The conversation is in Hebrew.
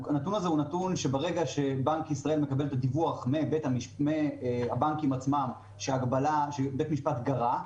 ברגע שבנק ישראל מקבל את הדיווח מהבנקים עצמם על כך שבית המשפט גרע,